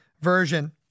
version